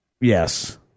yes